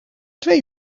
twee